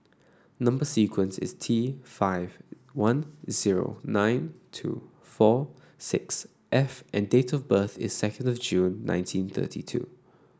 number sequence is T five one zero nine two four six F and date of birth is second of June nineteen thirty two